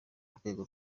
rwego